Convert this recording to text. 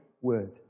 word